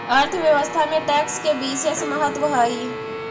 अर्थव्यवस्था में टैक्स के बिसेस महत्व हई